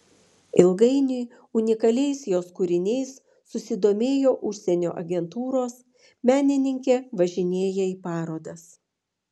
ilgainiui unikaliais jos kūriniais susidomėjo užsienio agentūros menininkė važinėja į parodas